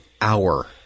hour